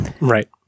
right